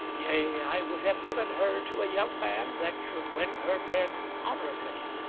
yea, i would have given her to a young man that should win her bread honourably.